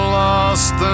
lost